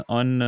on